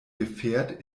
gefährt